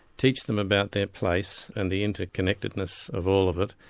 teach them about their place and the interconnectedness of all of it,